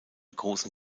großen